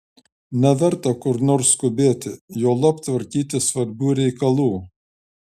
neverta kur nors skubėti juolab tvarkyti svarbių reikalų